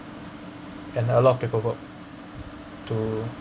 and a lot of paperwork to